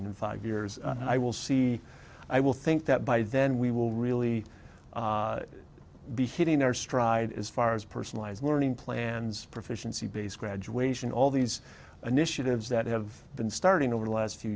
in five years i will see i will think that by then we will really be hitting their stride as far as personalized learning plans proficiency based graduation all these initiatives that have been starting over the last few